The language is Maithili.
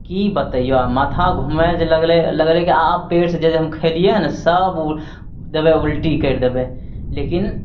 की बतैयौ माथा घुमए जे लगलय लगलय की आब पेटसँ जे हम खेलियैहँ ने सब देबय उल्टी करि देबय लेकिन